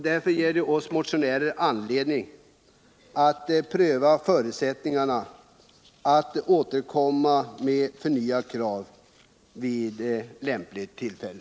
Det ger oss motionärer anledning att pröva förutsättningarna att återkomma med förnyat krav vid lämpligt tillfälle.